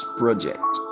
project